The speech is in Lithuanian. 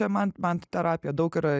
čia man man tai terapija daug yra